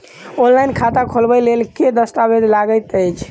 Online खाता खोलबय लेल केँ दस्तावेज लागति अछि?